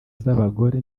z’abagore